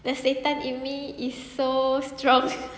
the setan in me is so strong